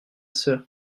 sœur